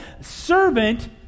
servant